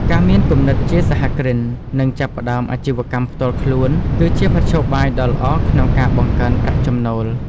ការមានគំនិតជាសហគ្រិននិងចាប់ផ្ដើមអាជីវកម្មផ្ទាល់ខ្លួន គឺជាមធ្យោបាយដ៏ល្អក្នុងការ បង្កើនប្រាក់ចំណូល។